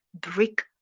brick